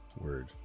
Word